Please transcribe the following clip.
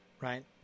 right